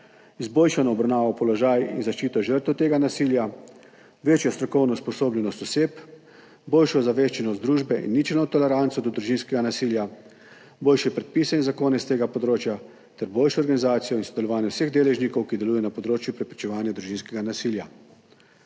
izboljšano obravnavo, položaj in zaščito žrtev tega nasilja, večjo strokovno usposobljenost oseb, boljšo ozaveščenost družbe in ničelno toleranco do družinskega nasilja, boljše predpise in zakone s tega področja ter boljšo organizacijo in sodelovanje vseh deležnikov, ki delujejo na področju preprečevanja družinskega nasilja.